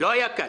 לא היה קל.